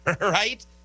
right